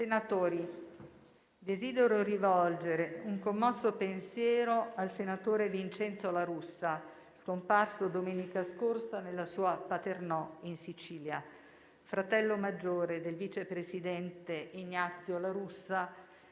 Senatori, desidero rivolgere un commosso pensiero al senatore Vincenzo La Russa, scomparso domenica scorsa nella sua Paternò, in Sicilia. Fratello maggiore del vice presidente Ignazio La Russa,